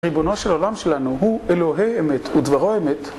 ריבונו של עולם שלנו הוא אלוהי אמת ודברו אמת.